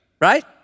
right